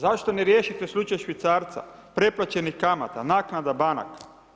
Zašto ne riješite slučaj švicarca, preplaćenih kamata, naknada banaka?